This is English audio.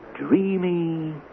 Dreamy